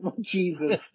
Jesus